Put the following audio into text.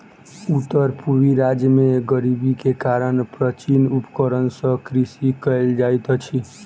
उत्तर पूर्वी राज्य में गरीबी के कारण प्राचीन उपकरण सॅ कृषि कयल जाइत अछि